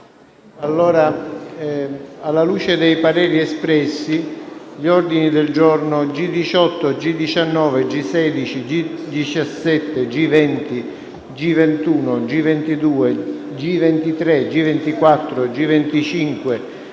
Alla luce dei pareri espressi, gli ordini del giorno G18, G19, G16, G17, G20, G21, G22, G23, G24, G25, G40